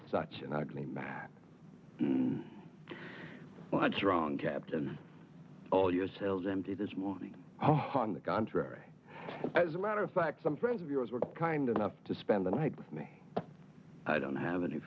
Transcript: such an ugly what's wrong kept all your selves empty this morning on the contrary as a matter of fact some friends of yours were kind enough to spend the night with me i don't have any